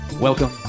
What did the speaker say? welcome